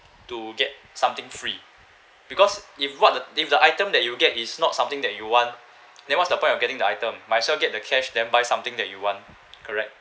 to get something free because if what the if the item that you get is not something that you want then what's the point of getting the item might as well get the cash then buy something that you want correct